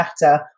matter